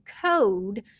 code